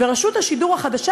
ורשות השידור החדשה,